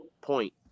point